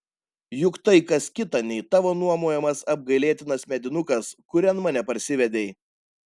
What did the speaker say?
juk tai kas kita nei tavo nuomojamas apgailėtinas medinukas kurian mane parsivedei